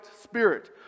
spirit